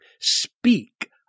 speak